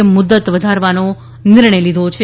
એ મુદ્દત વધારવાનો નિર્ણય લીધો છે